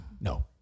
No